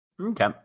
Okay